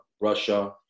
Russia